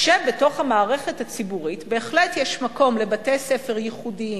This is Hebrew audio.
כאשר בתוך המערכת הציבורית בהחלט יש מקום לבתי-ספר ייחודיים,